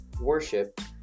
worshipped